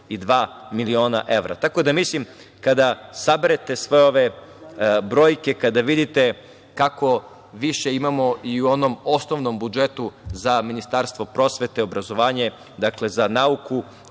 32 miliona evra, tako da mislim, kada saberete sve ove brojke, kada vidite kako više imamo i u onom osnovnom budžetu za Ministarstvo prosvete, obrazovanje, za nauku,